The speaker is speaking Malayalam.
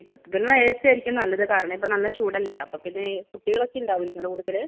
ഇപ്പോഴ്ത്തേന് ഏ സിയായിരിക്കും നല്ലത് കാരണം ഇപ്പം നല്ല ചൂടല്ലേ അപ്പോൾ പിന്നെ കുട്ടികളൊക്കെ ഉണ്ടാവൂലെ നിങ്ങളുടെ കൂട്ടത്തിൽ